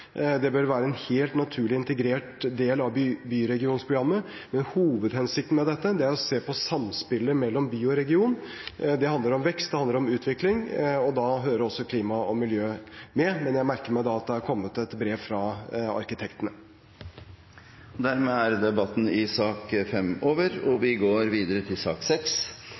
det bør være en helt naturlig integrert del av byregionprogrammet. Men hovedhensikten med dette er å se på samspillet mellom by og region. Det handler om vekst og utvikling, og da hører også klima og miljø med. Jeg merker meg da at det er kommet et brev fra arkitektene. Flere har ikke bedt om ordet til sak nr. 5. Det er jeg som i